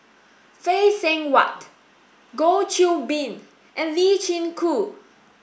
Phay Seng Whatt Goh Qiu Bin and Lee Chin Koon